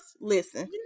Listen